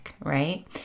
right